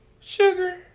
Sugar